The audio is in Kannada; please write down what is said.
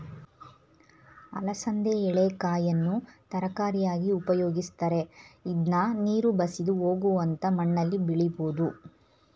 ಅಲಸಂದೆ ಎಳೆಕಾಯನ್ನು ತರಕಾರಿಯಾಗಿ ಉಪಯೋಗಿಸ್ತರೆ, ಇದ್ನ ನೀರು ಬಸಿದು ಹೋಗುವಂತ ಮಣ್ಣಲ್ಲಿ ಬೆಳಿಬೋದು